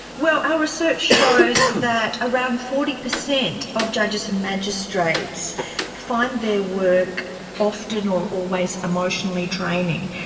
well, our research shows that around forty percent of judges and magistrates find their work often or always emotionally draining,